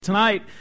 Tonight